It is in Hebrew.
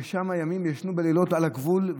ושם ישבו ימים ולילות על הגבול,